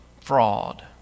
fraud